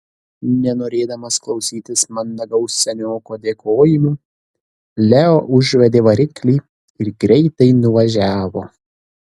nenorėdamas klausytis mandagaus senioko dėkojimų leo užvedė variklį ir greitai nuvažiavo